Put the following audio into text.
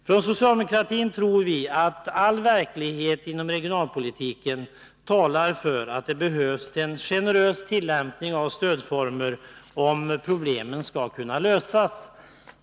Från socialdemokratiskt håll menar vi att all verklighet inom regionalpolitiken talar för att det behövs en generös tillämpning av stödformer om problemen skall lösas.